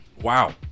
Wow